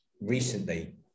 recently